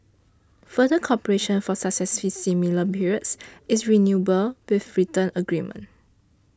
further cooperation for successive similar periods is renewable by written agreement